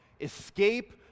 Escape